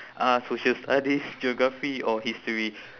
uh social studies geography or history